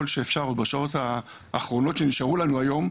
האפשר ובשעות האחרונות שנשארו לנו היום,